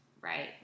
right